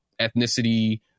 ethnicity